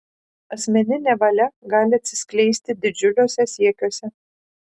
asmeninė valia gali atsiskleisti didžiuliuose siekiuose